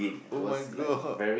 [oh]-my-God